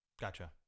Gotcha